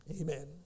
Amen